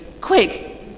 quick